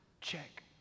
check